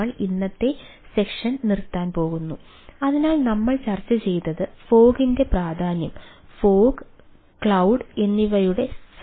നമ്മൾ ഇന്നത്തെ സെഷൻ നിർത്താൻ പോകുന്നു അതിനാൽ നമ്മൾ ചർച്ച ചെയ്തത് ഫോഗി ക്ലൌഡ് എന്നിവയുടെ സംയോജനം